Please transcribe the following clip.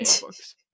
books